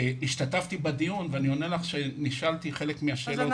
השתתפתי בדיון ונשאלתי חלק מהשאלות,